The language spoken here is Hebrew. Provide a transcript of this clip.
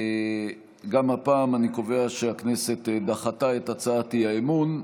גם הפעם אני קובע שהכנסת דחתה את הצעת האי-אמון.